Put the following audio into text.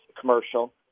commercial